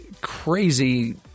crazy